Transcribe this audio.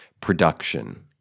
production